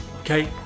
Okay